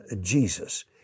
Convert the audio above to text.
Jesus